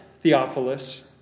Theophilus